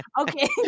Okay